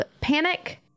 panic